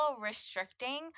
restricting